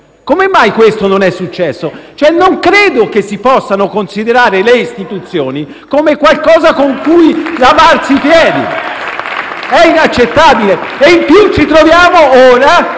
Come mai questo non è successo? Non credo che si possano considerare le istituzioni come qualcosa con cui lavarsii piedi*.* È inaccettabile! *(Applausi dai Gruppi